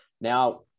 Now